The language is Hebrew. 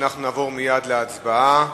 אנחנו נעבור מייד להצבעה.